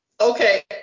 Okay